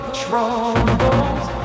troubles